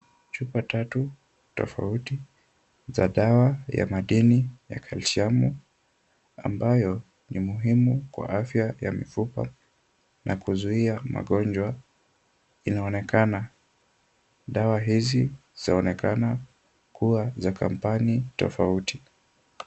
Chupa tatu tofauti za dawa ya madini ya kalsiamu ambayo ni muhimu kwa afya ya mifupa na kuzuia magonjwa inaonekana. Dawa hizi zaonekana kuwa za company tofauti.